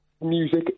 music